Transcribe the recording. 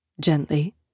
Gently